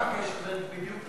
מה הקשר בדיוק?